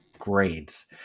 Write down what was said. grades